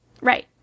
Right